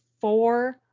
four